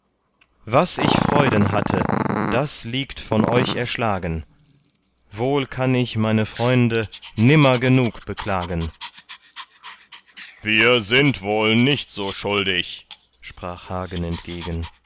was ich freuden hatte das liegt von euch erschlagen wohl kann ich meine freunde nimmer genug beklagen wir sind wohl nicht so schuldig sprach hagen entgegen